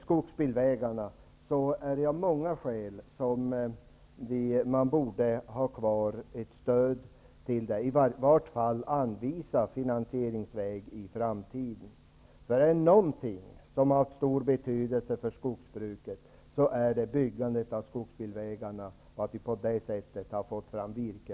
Det finns många skäl till att man borde ha kvar stödet till skogsbilvägarna. Man borde åtminstone anvisa finansieringsmöjligheter i framtiden. Är det något som har stor betydelse för skogsbruket så är det att man bygger skogsbilvägar. På det sättet har man fått fram virke.